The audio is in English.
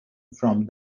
from